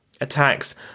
Attacks